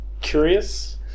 Curious